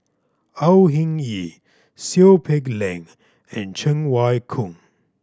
Au Hing Yee Seow Peck Leng and Cheng Wai Keung